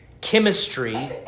chemistry